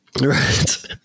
Right